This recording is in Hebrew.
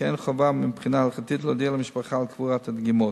שאין חובה מבחינה הלכתית להודיע למשפחה על קבורת הדגימות,